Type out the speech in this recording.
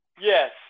Yes